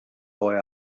boy